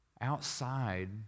outside